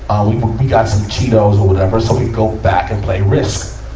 um got some cheetos or whatever, so we'd go back and play risk,